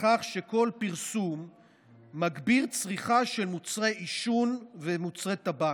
לכך שכל פרסום מגביר צריכה של מוצרי עישון ומוצרי טבק.